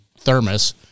thermos